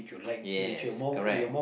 yes correct